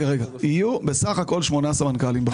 יהיו בסך הכול שמונה סמנכ"לים בחברה.